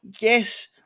yes